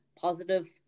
positive